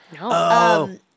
No